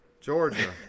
Georgia